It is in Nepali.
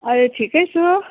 अहिले ठिकै छु